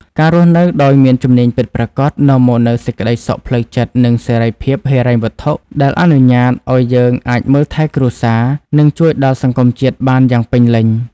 ការរស់នៅដោយមានជំនាញពិតប្រាកដ នាំមកនូវសេចក្ដីសុខផ្លូវចិត្ត និងសេរីភាពហិរញ្ញវត្ថុ ដែលអនុញ្ញាតឱ្យយើងអាចមើលថែគ្រួសារ និងជួយដល់សង្គមជាតិបានយ៉ាងពេញលេញ។